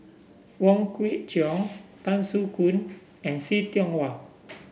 Wong Kwei Cheong Tan Soo Khoon and See Tiong Wah